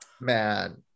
Man